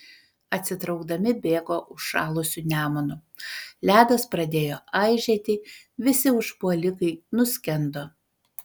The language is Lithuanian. atsitraukdami bėgo užšalusiu nemunu ledas pradėjo aižėti visi užpuolikai nuskendo